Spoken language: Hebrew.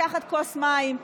לקחת כוס מים,